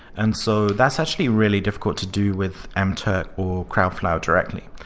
and so that's actually really difficult to do with mturk or crowdflower directly.